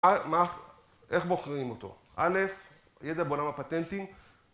איך בוחרים אותו? א', ידע בעולם הפטנטים